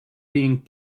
being